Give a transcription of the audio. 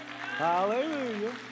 Hallelujah